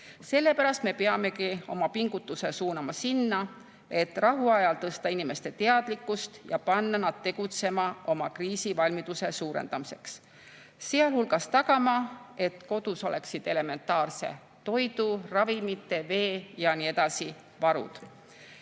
Sellepärast me peamegi oma pingutuse suunama sinna, et rahuajal tõsta inimeste teadlikkust ja panna nad tegutsema oma kriisivalmiduse suurendamiseks, sealhulgas tagama, et kodus oleksid elementaarsed toidu‑, ravimite, vee‑ ja nii edasi varud. Samas,